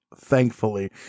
thankfully